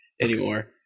anymore